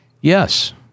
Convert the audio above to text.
Yes